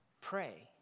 Pray